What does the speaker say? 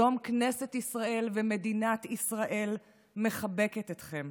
היום כנסת ישראל ומדינת ישראל מחבקות אתכם.